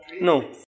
No